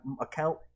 account